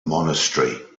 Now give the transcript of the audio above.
monastery